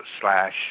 Slash